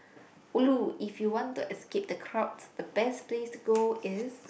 ulu if you want to escape the crowds the best place to go is